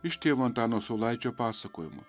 iš tėvo antano saulaičio pasakojimų